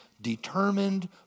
determined